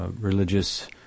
Religious